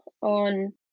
on